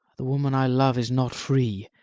the woman i love is not free,